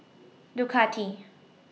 Ducati